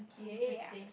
yay yes